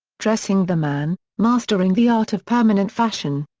dressing the man mastering the art of permanent fashion.